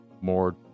more